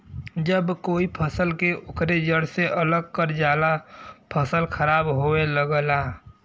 जब कोई फसल के ओकरे जड़ से अलग करल जाला फसल खराब होये लगला